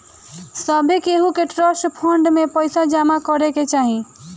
सभे केहू के ट्रस्ट फंड में पईसा जमा करे के चाही